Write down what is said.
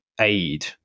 aid